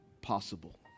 possible